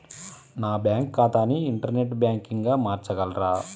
నా బ్యాంక్ ఖాతాని ఇంటర్నెట్ బ్యాంకింగ్గా మార్చగలరా?